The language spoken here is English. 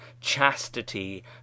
chastity